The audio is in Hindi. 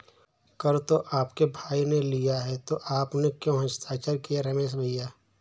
कर तो आपके भाई ने लिया है तो आपने क्यों हस्ताक्षर किए रमेश भैया?